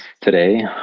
today